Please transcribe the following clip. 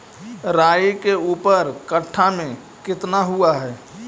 राई के ऊपर कट्ठा में कितना हुआ है?